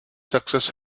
success